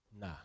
Nah